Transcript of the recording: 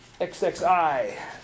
XXI